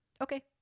Okay